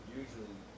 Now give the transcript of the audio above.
usually